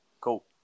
cool